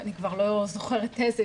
אני כבר לא זוכרת איזה,